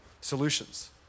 solutions